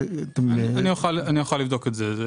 אני אוכל לבדוק את זה.